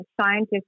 scientists